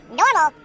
normal